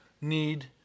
need